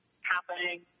happening